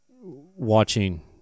watching